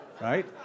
right